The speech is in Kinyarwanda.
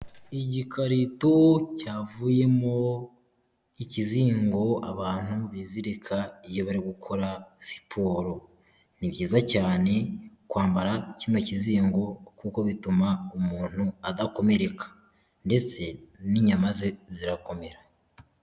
Igikarito cyavuyemo ikizingo abantu bizirika iyo bari gukora siporo, ni byiza cyane kwambara kino kizingo, kuko bituma umuntu adakomereka ndetse n'inyama ze zirakomera.